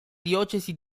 diocesi